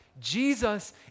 Jesus